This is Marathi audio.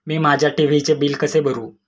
मी माझ्या टी.व्ही चे बिल कसे भरू?